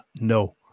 no